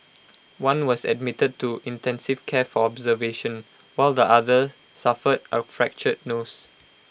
one was admitted to intensive care for observation while the other suffered A fractured nose